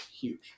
huge